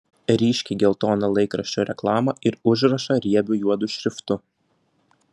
ryškiai geltoną laikraščio reklamą ir užrašą riebiu juodu šriftu